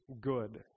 Good